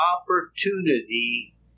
opportunity